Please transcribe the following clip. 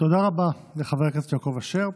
תודה רבה לחבר הכנסת יעקב אשר.